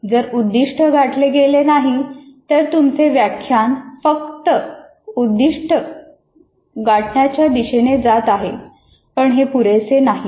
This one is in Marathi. जर उद्दिष्ट गाठले गेले नाही तर तुमचे व्याख्यान फक्त उद्दिष्ट गाठण्याच्या दिशेने जात आहे पण हे पुरेसे नाही